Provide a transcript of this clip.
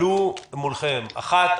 אחת,